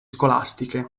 scolastiche